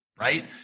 right